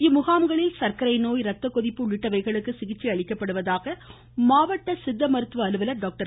இம்முகாம்களில் சர்க்கரை நோய் இரத்த கொதிப்பு உள்ளிட்டவைகளுக்கு சிகிச்சை அளிக்கப்படுவதாக மாவட்ட சித்த மருத்துவ அலுவலர் டாக்டர்